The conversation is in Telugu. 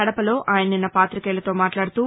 కడపలో ఆయన నిన్న పాతికేయులతో మాట్లాడుతూ